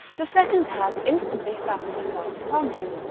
the second had instantly fastened herself upon him,